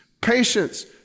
patience